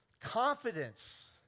confidence